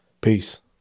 peace